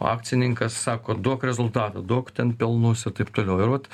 akcininkas sako duok rezultatų daug ten pelnus ir taip toliau ir vat